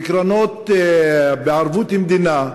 לקרנות בערבות המדינה,